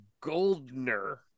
Goldner